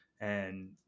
And-